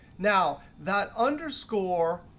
now that underscore,